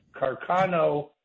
Carcano